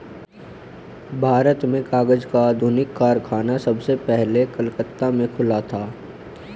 भारत में कागज का आधुनिक कारखाना सबसे पहले कलकत्ता में खुला था